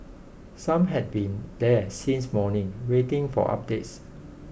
some had been there since morning waiting for updates